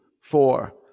four